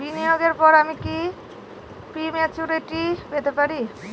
বিনিয়োগের পর আমি কি প্রিম্যচুরিটি পেতে পারি?